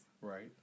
Right